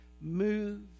move